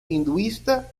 hinduista